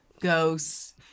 ghosts